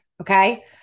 okay